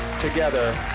together